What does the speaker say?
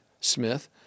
Smith